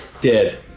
Dead